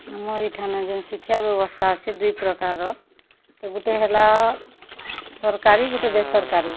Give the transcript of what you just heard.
ଆମର୍ ଇଠାନେ ଯେନ୍ ଶିକ୍ଷା ବ୍ୟବସ୍ଥା ଅଛେ ଦୁଇ ପ୍ରକାରର୍ ତ ଗୁଟେ ହେଲା ସର୍କାରୀ ଗୁଟେ ବେସର୍କାରୀ